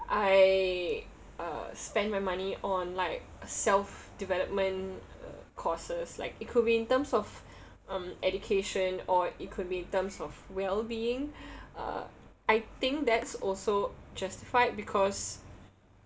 I uh spend my money on like self development uh courses like it could be in terms of um education or it could be in terms of well being uh I think that's also justified because